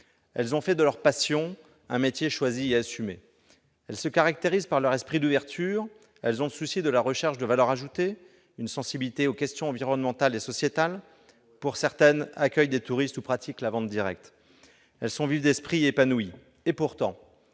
Elles ont fait de leur passion un métier choisi et assumé. Elles se caractérisent par leur esprit d'ouverture. Elles ont le souci de la recherche de valeur ajoutée, une sensibilité aux questions environnementales et sociétales. Certaines accueillent des touristes ou pratiquent la vente directe. Elles sont vives d'esprit et épanouies. Pourtant,